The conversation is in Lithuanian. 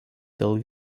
dėl